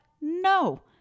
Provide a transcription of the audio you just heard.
No